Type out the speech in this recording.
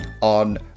on